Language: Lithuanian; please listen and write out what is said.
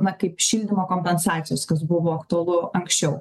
na kaip šildymo kompensacijos kas buvo aktualu anksčiau